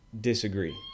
disagree